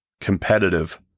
competitive